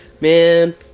Man